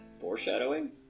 foreshadowing